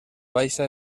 baixa